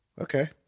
Okay